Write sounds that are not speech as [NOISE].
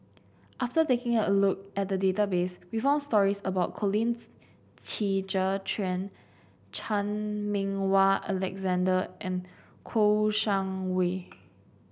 after taking a look at the database we found stories about Colin [UNINTELLIGIBLE] Qi Zhe Quan Chan Meng Wah Alexander and Kouo Shang Wei